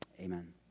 Amen